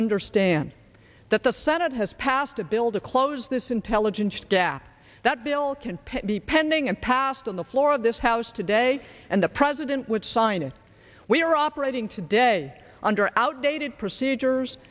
understand that the senate has passed a bill to close this intelligence data that bill can be pending and passed on the floor of this house today and the president would sign it we are operating today under outdated procedures